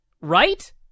Right